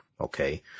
okay